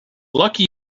lucky